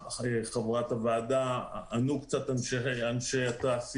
שהעלתה חברת הוועדה ענו קצת אנשי התעשייה,